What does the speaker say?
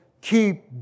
keep